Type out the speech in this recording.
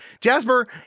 Jasper